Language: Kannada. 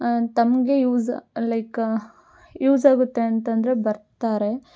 ತಮಗೆ ಯೂಸ್ ಲೈಕ್ ಯೂಸ್ ಆಗುತ್ತೆ ಅಂತ ಅಂದರೆ ಬರ್ತಾರೆ